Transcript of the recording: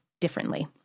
differently